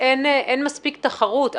מספיק תחרות.